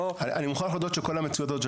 אני מוכרח להודות שכל המציאות הזאת של